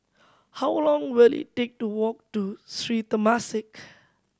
how long will it take to walk to Sri Temasek